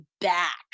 back